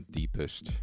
deepest